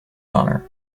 honour